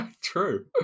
True